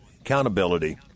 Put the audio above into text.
Accountability